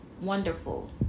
wonderful